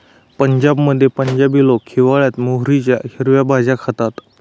पंजाबमध्ये पंजाबी लोक हिवाळयात मोहरीच्या हिरव्या भाज्या खातात